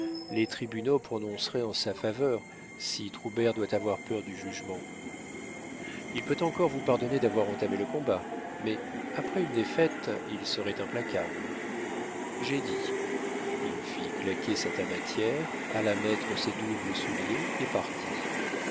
les tribunaux prononceraient en sa faveur et troubert doit avoir peur du jugement il peut encore vous pardonner d'avoir entamé le combat mais après une défaite il serait implacable j'ai dit il fit claquer sa tabatière alla mettre ses doubles souliers et partit